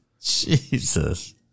Jesus